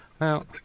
Now